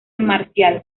marcial